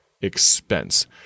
expense